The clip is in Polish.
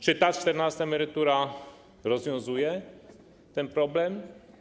Czy ta czternasta emerytura rozwiązuje ten problem?